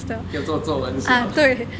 要做作文的时候